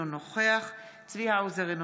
אינו נוכח צבי האוזר,